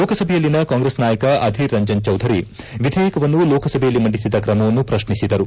ಲೋಕಸಭೆಯಲ್ಲಿನ ಕಾಂಗ್ರೆಸ್ ನಾಯಕ ಅಧೀರ್ ರಂಜನ್ ಚೌಧರಿ ವಿಧೇಯಕವನ್ನು ಲೋಕಸಭೆಯಲ್ಲಿ ಮಂಡಿಸಿದ ಕ್ರಮವನ್ನು ಪ್ರಶ್ನಿಸಿದರು